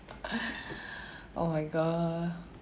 oh my god